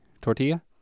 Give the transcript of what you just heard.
tortilla